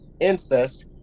incest